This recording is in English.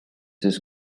his